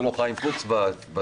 להפסקה קצרה.